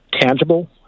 tangible